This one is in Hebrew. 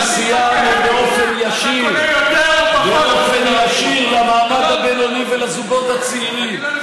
גם סייענו באופן ישיר למעמד הבינוני ולזוגות הצעירים,